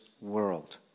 world